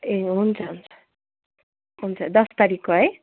ए हुन्छ हुन्छ हुन्छ दस तारिकको है